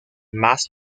max